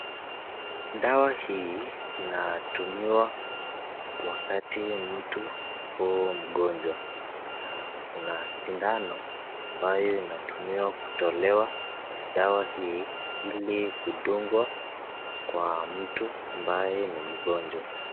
Dawa hii inatumiwa wakati mtu apo mgonjwa. Na kuna sindano ambayo inatumiwa kutolewa dawa hii ili kudungwa kwa mtu ambaye ni mgonjwa.